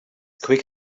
quick